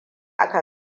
aka